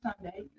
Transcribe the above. Sunday